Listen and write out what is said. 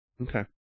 Okay